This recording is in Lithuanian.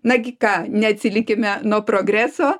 nagi ką neatsilikime nuo progreso